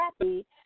happy